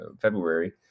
February